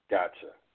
Gotcha